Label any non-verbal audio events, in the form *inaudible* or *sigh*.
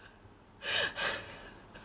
*laughs*